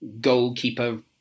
goalkeeper